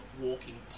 walking